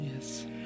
Yes